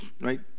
right